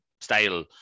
style